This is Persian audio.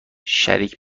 شریک